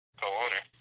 co-owner